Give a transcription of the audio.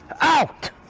out